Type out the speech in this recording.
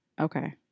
okay